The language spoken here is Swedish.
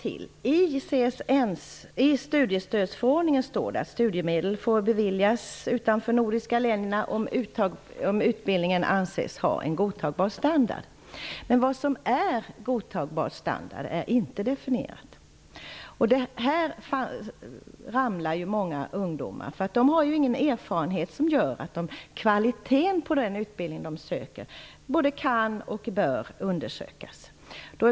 I studiestödsförordningen står det att studiemedel får beviljas utanför de nordiska länder om utbildningen anses ha en godtagbar standard. Men det är inte definierat vad som är en godtagbar standard. Här ramlar ju många ungdomar. De har ju ingen erfarenhet av om kvaliteten på den utbildning de söker kan och bör undersökas.